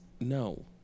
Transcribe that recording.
No